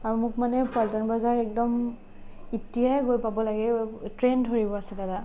আৰু মোক মানে পল্টন বজাৰ একদম এতিয়াই গৈ পাব লাগে ঐ ট্ৰেইন ধৰিব আছে দাদা